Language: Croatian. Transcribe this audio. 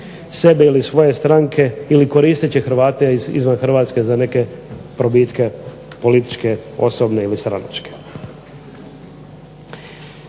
sebe ili svoje stranke ili koristeći Hrvate izvan Hrvatske za neke probitke političke osobne ili stranačke.